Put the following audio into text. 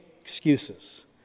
excuses